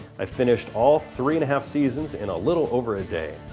i finished all three and a half seasons in a little over a day.